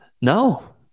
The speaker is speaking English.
No